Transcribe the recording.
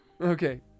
Okay